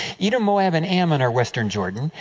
edom, moab, and ammon are western jordan.